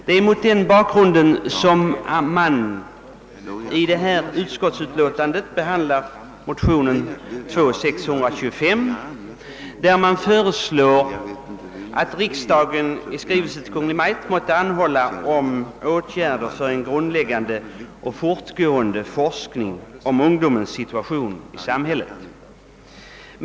Det är mot denna bakgrund som utskottet i förevarande utlåtande haft att behandla motionen II: 625, i vilken föreslås att riksdagen i skrivelse till Kungl. Maj:t måtte anhålla om åtgärder för en grundläggande och fortgående forskning om ungdomens situation i samhället.